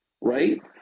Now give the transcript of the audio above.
right